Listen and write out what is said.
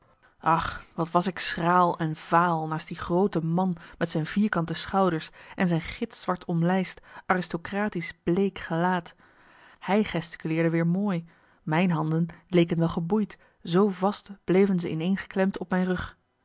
ach wat was ik schraal en vaal naast die groote man met zijn vierkante schouders en zijn gitzwart omlijst aristocratisch bleek gelaat hij gesticuleerde weer mooi mijn handen leken wel geboeid zoo vast bleven ze ineen geklemd op mijn rug